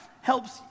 helps